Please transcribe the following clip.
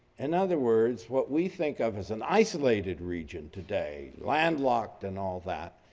in other words, what we think of as an isolated region today, landlocked, and all that,